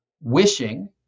wishing